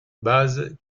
base